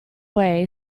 way